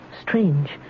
strange